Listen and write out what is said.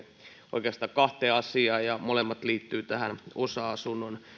oikeastaan kahteen asiaan tässä isossa kokonaisuudessa ja molemmat liittyvät osa asunnon